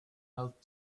out